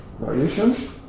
variation